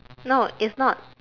no it's not